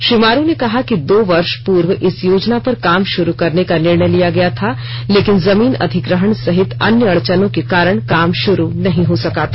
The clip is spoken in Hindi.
श्री मारू ने कहा कि दो वर्ष पूर्व इस योजना पर काम शुरू करने का निर्णय लिया गया था लेकिन जमीन अधिग्रहण सहित अन्य अडचनों के कारण काम शुरू नहीं हो सका था